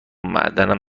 معدنم